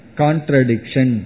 contradiction